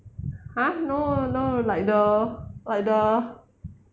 !huh! no no like the like the